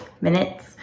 minutes